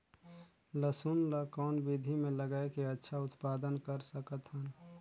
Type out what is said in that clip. लसुन ल कौन विधि मे लगाय के अच्छा उत्पादन कर सकत हन?